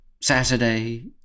Saturday